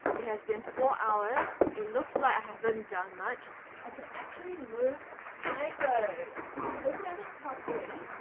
has been four hours, it looks like i haven't done much i can actually move my words if you look at it properly